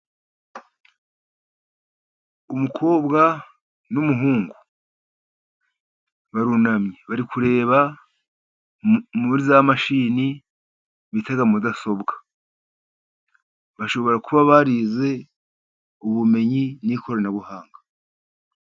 Umukobwa n'umuhungu barunamye bari kureba muri za mashini bita mudasobwa, bashobora kuba barize ubumenyi n'ikoranabuhanga.